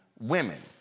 women